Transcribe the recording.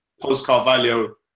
post-Carvalho